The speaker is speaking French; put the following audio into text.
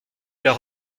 leur